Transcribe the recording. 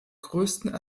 größten